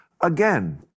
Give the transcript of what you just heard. again